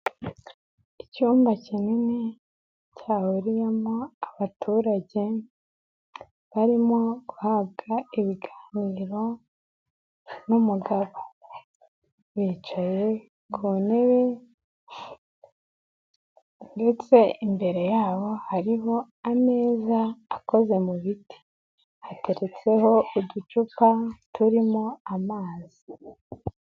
Icyumba kinini cyahuriyemo abaturage barimo guhabwa ibiganiro n'umugabo, bicaye ku ntebe ndetse imbere yabo hariho ameza akoze mu biti hateretseho uducupa turimo amazi.